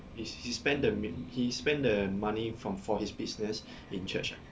his he spent the mi~ he spend the money from for his business in church ah